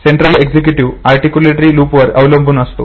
central executive articulatory लुपवर अवलंबून असते